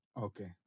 Okay